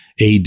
AD